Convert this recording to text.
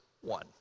one